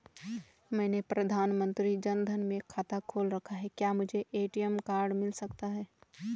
मैंने प्रधानमंत्री जन धन में खाता खोल रखा है क्या मुझे ए.टी.एम कार्ड मिल सकता है?